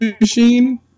machine